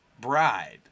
bride